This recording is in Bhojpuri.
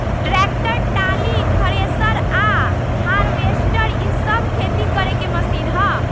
ट्रैक्टर, टाली, थरेसर आ हार्वेस्टर इ सब खेती करे के मशीन ह